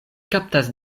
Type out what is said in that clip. kaptas